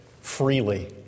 freely